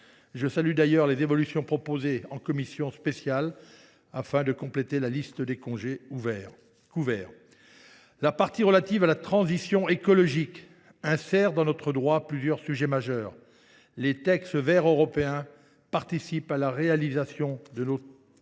Je salue d’ailleurs les évolutions proposées en commission spéciale afin de compléter la liste des congés couverts. La partie relative à la transition écologique insère dans notre droit plusieurs sujets majeurs. Les textes verts européens participent à la réalisation de nos